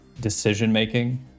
decision-making